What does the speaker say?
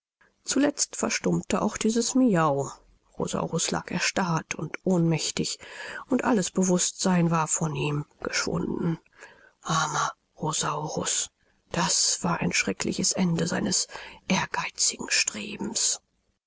zuletzt verstummte auch dieses miau rosaurus lag erstarrt und ohnmächtig und alles bewußtsein war von ihm geschwunden armer rosaurus das war ein schreckliches ende seines ehrgeizigen strebens